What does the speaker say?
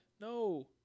No